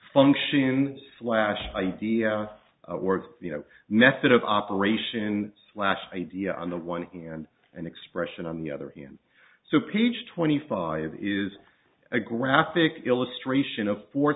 function and flash idea work you know method of operation slash idea on the one hand and expression on the other hand so peach twenty five is a graphic illustration of four